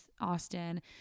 Austin